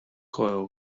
coil